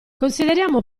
consideriamo